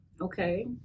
Okay